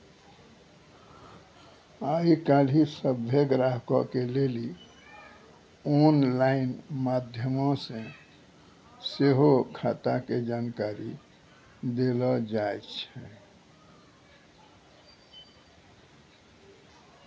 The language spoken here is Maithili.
आइ काल्हि सभ्भे ग्राहको के लेली आनलाइन माध्यमो से सेहो खाता के जानकारी देलो जाय छै